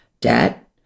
debt